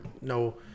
No